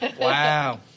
Wow